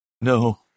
No